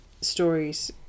stories